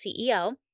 CEO